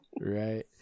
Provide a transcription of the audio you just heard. Right